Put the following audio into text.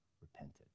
repented